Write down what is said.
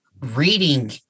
Reading